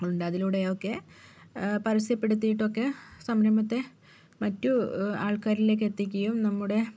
ഉണ്ട് അതിലൂടെയൊക്കെ പരസ്യപ്പെടുത്തിയിട്ടൊക്കെ സംരംഭത്തെ മറ്റു ആൾക്കാരിലേക്ക് എത്തിക്കുകയും നമ്മുടെ